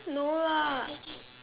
no lah